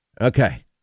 Okay